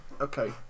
okay